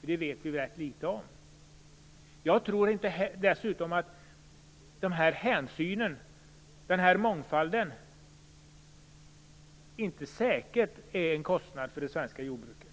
Det vet vi väldigt litet om. Jag tror dessutom inte att det är säkert att de här hänsynen, den här mångfalden, är en kostnad för det svenska jordbruket.